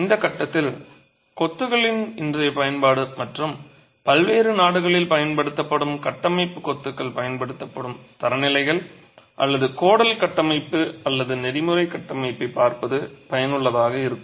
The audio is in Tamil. இந்த கட்டத்தில் கொத்துகளின் இன்றைய பயன்பாடு மற்றும் பல்வேறு நாடுகளில் பயன்படுத்தப்படும் கட்டமைப்புக் கொத்துகள் பயன்படுத்தப்படும் தரநிலைகள் அல்லது கோடல் கட்டமைப்பு அல்லது நெறிமுறை கட்டமைப்பைப் பார்ப்பது பயனுள்ளதாக இருக்கும்